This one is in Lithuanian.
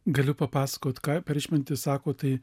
galiu papasakot ką per išmintį sako tai